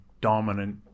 dominant